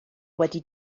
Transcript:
wedi